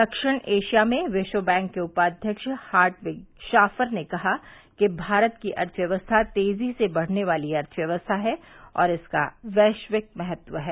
दक्षिण एशिया में विश्व बैंक के उपाध्यक्ष हार्टविग शाफर ने कहा कि भारत की अर्थय्यवस्था तेजी से बढ़ने वाली अर्थव्यवस्था है और इसका वैश्विक महत्व है